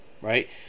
right